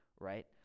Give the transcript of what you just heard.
right